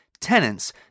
Tenants